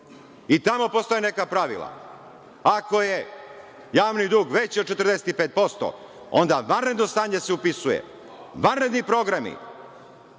I tamo postoje neka pravila. Ako je javni dug veći od 45%, onda vanredno stanje se upisuje, vanredni programi.